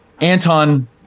Anton